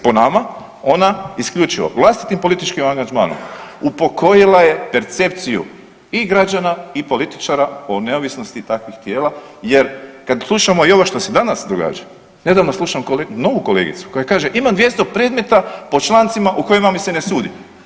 Po nama ona isključivo, vlastitim političkim angažmanom upokojila je percepciju i građana i političara o neovisnosti takvih tijela, jer kad slušamo i ovo što se danas događa, nedavno slušam kolegicu, novu kolegicu koja kaže, imam 200 predmeta po člancima u kojima mi se ne sudi.